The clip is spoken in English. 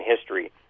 history